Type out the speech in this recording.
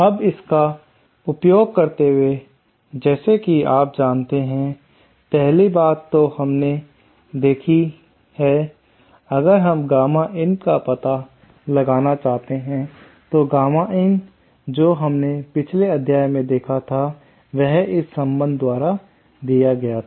अब इसका उपयोग करते हुए जैसा कि आप जानते हैं पहली बात जो हमें देखनी है अगर हम गामा in का पता लगाना चाहते हैं तो गामा in जो हमने पिछले अध्याय में देखा था वह इस संबंध द्वारा दिया गया था